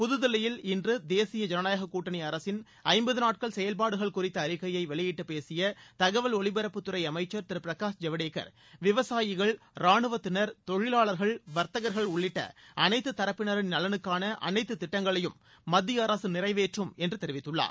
புதுதில்லியில் இன்று தேசிய ஜனநாயக கூட்டணி அரசின் ஐம்பது நாட்கள் செயல்பாடுகள் குறித்த அறிக்கையை வெளியிட்டு பேசிய தகவல் ஒலிபரப்புத்துறை அமைச்சர் திரு பிரகாஷ் ஜவடேக்கர் விவசாயிகள் ரானுவத்தினர் தொழிலாளர்கள் வர்த்தகர்கள் உள்ளிட்ட அனைத்து தரப்பினரின் நலனுக்காள அனைத்து திட்டங்களையும் மத்திய அரசு நிறைவேற்றும் என்று தெரிவித்துள்ளார்